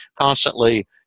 constantly